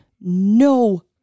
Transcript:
no